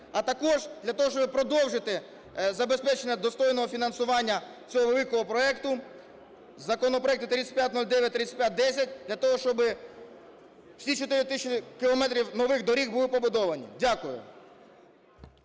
а також для того, щоб продовжити забезпечення достойного фінансування цього великого проекту, законопроекти 3509, 3510, для того щоби всі 4 тисячі кілометрів нових доріг були побудовані. Дякую.